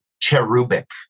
Cherubic